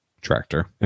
tractor